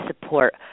support